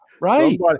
right